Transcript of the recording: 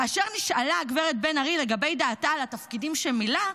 כאשר נשאלה הגב' בן ארי לגבי דעתה על התפקידים שמילא,